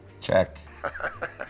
check